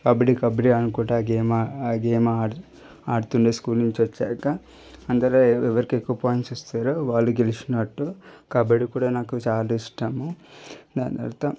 కబడ్డీ కబడ్డీ అనుకుంటా గేమ్ ఆ గేమ్ ఆడుతుండే స్కూల్ నుంచి వచ్చాక అందులో ఎవరికి ఎక్కువ పాయింట్స్ వస్తాయో వాళ్ళు గెలిచినట్టు కబడ్డీ కూడా నాకు చాలా ఇష్టము దాని తర్వాత